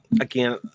again